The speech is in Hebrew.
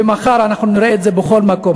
ומחר נראה את זה בכל מקום.